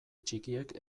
txikiek